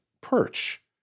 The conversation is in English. perch